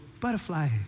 butterfly